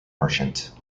merchant